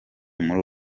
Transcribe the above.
muri